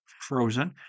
frozen